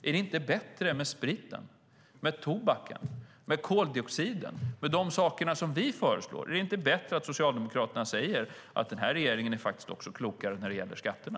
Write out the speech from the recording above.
Är det inte bättre att rikta in sig på spriten, tobaken och koldioxiden, som vi föreslår? Är det inte bättre att Socialdemokraterna säger att den här regeringen faktiskt är klokare när det gäller skatterna?